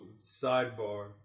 sidebar